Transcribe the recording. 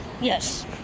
Yes